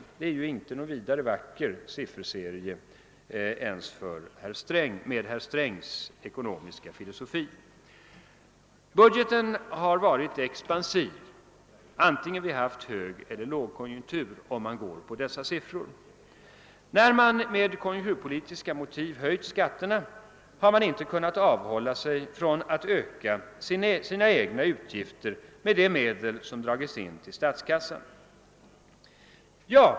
Dei är inte någon vidare vacker sifferserie ens med herr Strängs ekonomiska filosofi. Budgeten har varit expansiv antingen vi har haft högeller lågkonjunktur, vilket dessa siffror visar. När man med konjunkturpolitiska motiv höjt skatterna, har man inte kunnat avhålla sig från att öka sina egna utgifter med de medel som dragits in till statskassan.